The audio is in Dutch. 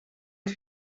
het